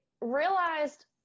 realized